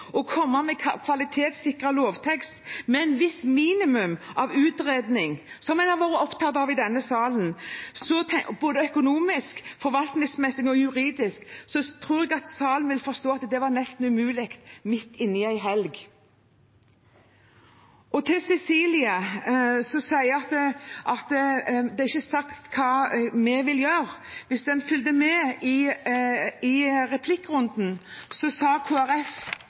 å komme med en kvalitetssikret lovtekst med et visst minimum av utredning, som en har vært opptatt av i denne salen, både økonomisk, forvaltningsmessig og juridisk, tror jeg at salen vil forstå at det var nesten umulig midt inni en helg. Til representanten Cecilie Myrseth, som sier at det ikke er sagt hva vi vil gjøre: Hvis en fulgte med i replikkrunden, sa